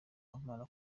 amara